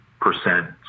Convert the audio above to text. percent